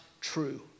true